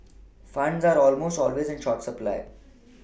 funds are almost always in short supply